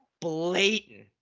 blatant